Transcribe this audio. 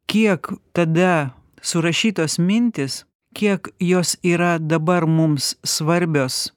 kiek tada surašytos mintys kiek jos yra dabar mums svarbios